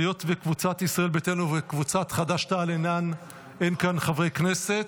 היות שמקבוצת ישראל ביתנו וקבוצת חד"ש-תע"ל אין כאן חברי כנסת,